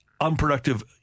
Unproductive